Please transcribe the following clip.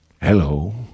Hello